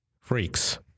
freaks